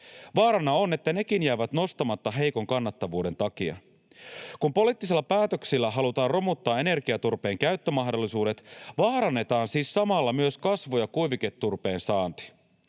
Vaarana on, että nekin jäävät nostamatta heikon kannattavuuden takia. Kun poliittisilla päätöksillä halutaan romuttaa energiaturpeen käyttömahdollisuudet, vaarannetaan siis samalla myös kasvu- ja kuiviketurpeen saanti.